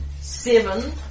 Seven